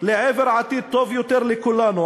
לעבר עתיד טוב יותר לכולנו,